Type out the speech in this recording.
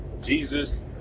Jesus